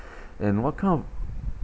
and what kind of